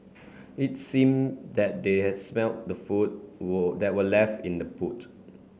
it seemed that they had smelt the food that were left in the boot